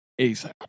ASAP